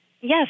Yes